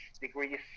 degrees